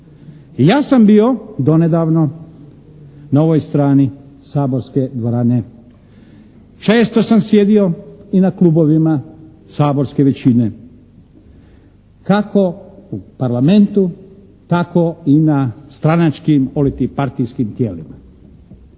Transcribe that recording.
Ja sam bio donedavno na ovoj strani saborske dvorane. Često sam sjedio i na klubovima saborske većine kako u Parlamentu tako i na stranačkim oliti partijskim tijelima.